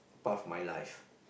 part of my life